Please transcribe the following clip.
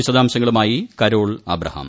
വിശദാംശങ്ങളുമായി Carol Abraham